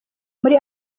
muri